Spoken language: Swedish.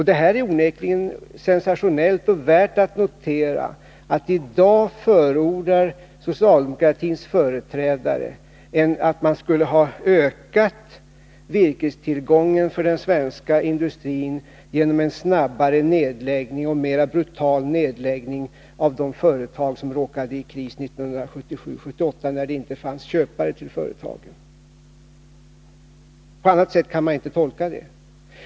Det är onekligen sensationellt och värt att notera att i dag anser socialdemokratins företrädare att man skulle ha ökat virkestillgången för den svenska industrin genom en snabbare och mera brutal nedläggning av de företag som råkade i kris 1977-1978, när det inte fanns köpare till företagen. På annat sätt kan man inte tolka det.